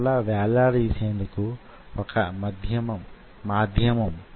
ఎలా చెయ్యగలం